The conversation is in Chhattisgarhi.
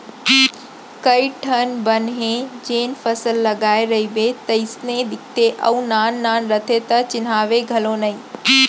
कइ ठन बन ह जेन फसल लगाय रइबे तइसने दिखते अउ नान नान रथे त चिन्हावय घलौ नइ